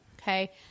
Okay